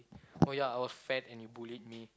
oh ya I was fat and you bullied me